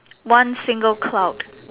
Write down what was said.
one single cloud